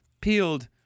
peeled